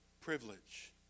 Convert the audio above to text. privilege